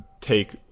take